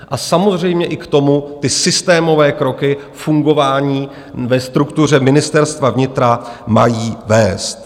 A samozřejmě i k tomu ty systémové kroky fungování ve struktuře Ministerstva vnitra mají vést.